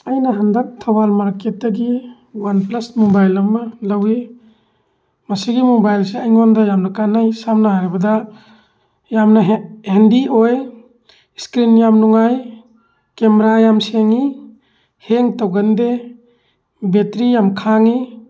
ꯑꯩꯅ ꯍꯟꯗꯛ ꯊꯧꯕꯥꯜ ꯃꯥꯔꯀꯦꯠꯇꯒꯤ ꯋꯥꯟ ꯄ꯭ꯂꯁ ꯃꯣꯕꯥꯏꯜ ꯑꯃ ꯂꯧꯋꯤ ꯃꯁꯤꯒꯤ ꯃꯣꯕꯥꯏꯜꯁꯦ ꯑꯩꯉꯣꯟꯗ ꯌꯥꯝꯅ ꯀꯥꯟꯅꯩ ꯁꯝꯅ ꯍꯥꯏꯔꯕꯗ ꯌꯥꯝꯅ ꯍꯦꯟꯗꯤ ꯑꯣꯏ ꯏꯁꯀ꯭ꯔꯤꯟ ꯌꯥꯝ ꯅꯨꯡꯉꯥꯏ ꯀꯦꯃꯦꯔꯥ ꯌꯥꯝ ꯁꯦꯡꯉꯤ ꯍꯦꯡ ꯇꯧꯒꯟꯗꯦ ꯕꯦꯇ꯭ꯔꯤ ꯌꯥꯝ ꯈꯥꯡꯉꯤ